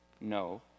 No